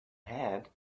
hat